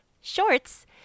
shorts